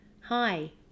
Hi